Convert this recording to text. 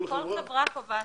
כל חברה קובעת יעד.